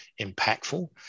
impactful